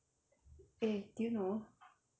eh do you know